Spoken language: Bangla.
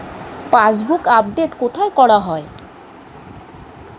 পাসবুক আপডেট কোথায় করা হয়?